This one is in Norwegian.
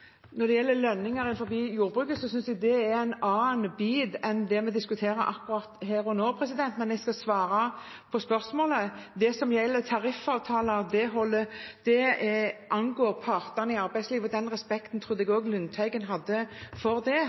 Når det gjelder lønningene i jordbruket, synes jeg det er noe annet enn det vi diskuterer akkurat her og nå, men jeg skal svare på spørsmålet. Det som gjelder tariffavtaler, angår partene i arbeidslivet, og jeg trodde at også Lundteigen hadde respekt for det.